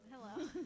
Hello